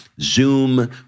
Zoom